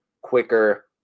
quicker